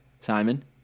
simon